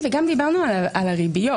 וגם דיברנו על הריביות,